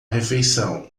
refeição